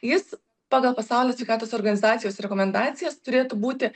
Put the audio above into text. jis pagal pasaulio sveikatos organizacijos rekomendacijas turėtų būti